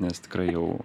nes tikrai jau